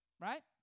Right